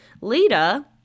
Lita